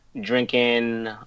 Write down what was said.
drinking